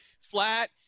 flat